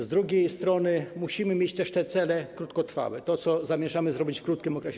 Z drugiej strony musimy mieć też cele krótkotrwałe, to, co zamierzamy zrobić w krótkim okresie.